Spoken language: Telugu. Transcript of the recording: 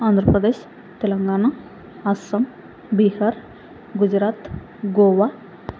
ఆంధ్రప్రదేశ్ తెలంగాణా అస్సాం బీహార్ గుజరాత్ గోవా